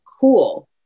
cool